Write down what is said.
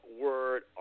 word